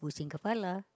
pusing kepala